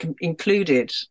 included